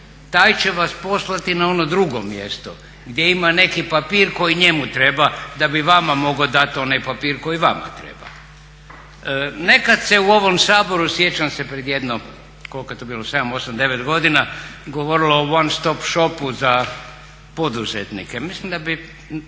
taj će vas poslati na ono drugo mjesto gdje ima neki papir koji njemu treba da bi vama mogao dati onaj papir koji vama treba. Nekad se u ovom Saboru sjećam se pred jedno koliko je to bilo 7, 8, 9 godina govorilo o one stop shopu za poduzetnike. Mislim da su